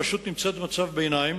הרשות נמצאת במצב ביניים